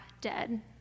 dead